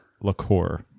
liqueur